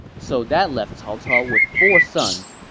so that left cao cao with four sons,